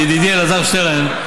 של ידידי אלעזר שטרן.